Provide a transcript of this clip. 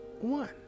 one